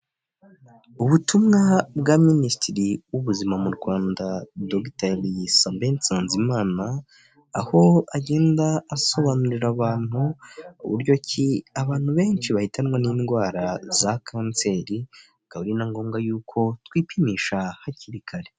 Ubutumwa bwa minisitiri w'ubuzima mu rwanda dogiteri Sabin Nsanzimana; aho agenda asobanurira abantu uburyo ki abantu benshi bahitanwa n'indwara za kanseri; akaba ari na ngombwa y'uko twipimisha hakiri kare.